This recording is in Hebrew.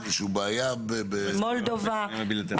מולדובה.